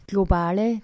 Globale